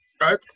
Right